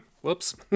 Whoops